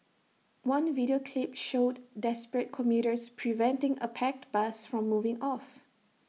one video clip showed desperate commuters preventing A packed bus from moving off